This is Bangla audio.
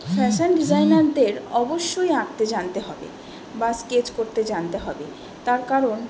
ফ্যাশান ডিজাইনারদের অবশ্যই আঁকতে জানতে হবে বা স্কেচ করতে জানতে হবে তার কারণ